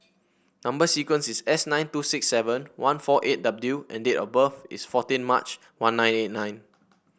number sequence is S nine two six seven one four eight W and date of birth is fourteen March one nine eight nine